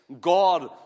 God